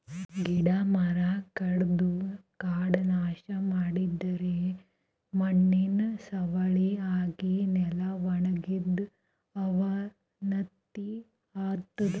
ಗಿಡ ಮರ ಕಡದು ಕಾಡ್ ನಾಶ್ ಮಾಡಿದರೆ ಮಣ್ಣಿನ್ ಸವಕಳಿ ಆಗಿ ನೆಲ ವಣಗತದ್ ಅವನತಿ ಆತದ್